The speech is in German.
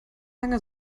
langer